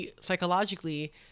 psychologically